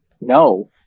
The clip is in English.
No